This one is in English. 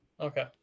Okay